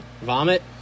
vomit